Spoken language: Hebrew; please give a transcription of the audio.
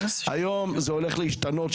היום זה הולך להשתנות.